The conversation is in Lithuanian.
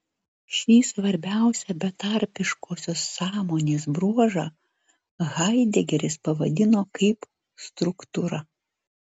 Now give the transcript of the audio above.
šį svarbiausią betarpiškosios sąmonės bruožą haidegeris pavadino kaip struktūra